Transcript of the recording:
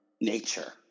nature